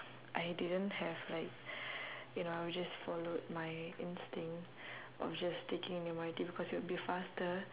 I didn't have like you know I would just followed my instinct of just taking the M_R_T because it would be faster